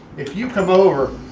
if you come over,